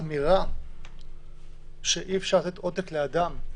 לאמירה שאי אפשר לתת עותק לאדם.